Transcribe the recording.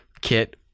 kit